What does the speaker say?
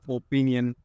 opinion